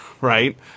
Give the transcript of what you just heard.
right